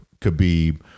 Khabib